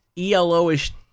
elo-ish